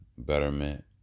Betterment